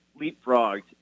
leapfrogged